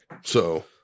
So-